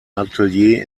atelier